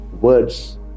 words